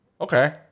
Okay